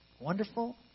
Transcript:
wonderful